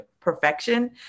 perfection